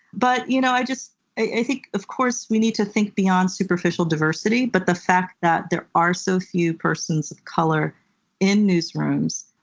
but you know i just think of course we need to think beyond superficial diversity. but the fact that there are so few persons of color in newsrooms,